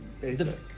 basic